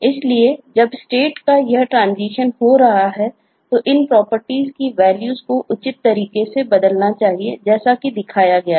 इसलिए जब स्टेट को उचित तरीके से बदलना चाहिए जैसा कि दिखाया गया है